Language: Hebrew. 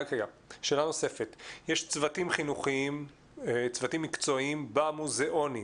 יש צוותים חינוכיים, צוותים מקצועיים במוזיאונים.